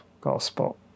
gospel